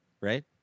right